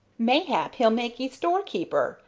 mayhap he'll make ee store-keeper,